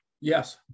Yes